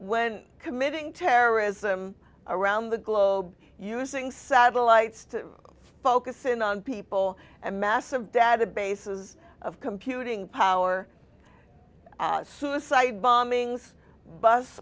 when committing terrorism around the globe using satellites to focus in on people and massive data bases of computing power suicide bombings bus